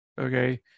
Okay